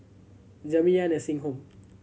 Jamiyah Nursing Home